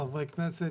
חברי כנסת,